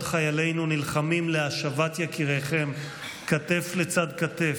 חיילינו נלחמים להשבת יקיריכם כתף לצד כתף,